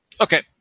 Okay